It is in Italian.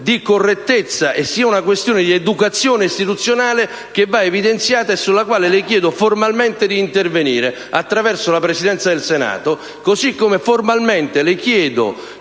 di correttezza e di educazione istituzionale che va evidenziata e sulla quale le chiedo formalmente di intervenire attraverso la Presidenza del Senato. Così come formalmente le chiedo